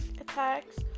attacks